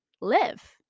live